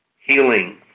Healing